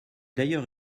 d’ailleurs